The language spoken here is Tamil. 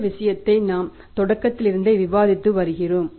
இந்த விஷயத்தை நாம் தொடக்கத்திலிருந்தே விவாதித்து வருகிறோம்